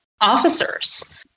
officers